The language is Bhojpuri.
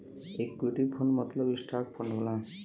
इक्विटी फंड मतलब स्टॉक फंड होला